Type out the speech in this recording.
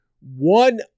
one